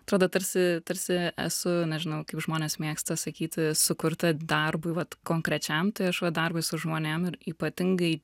atrodo tarsi tarsi esu nežinau kaip žmonės mėgsta sakyti sukurta darbui vat konkrečiam tai aš vat darbui su žmonėm ir ypatingai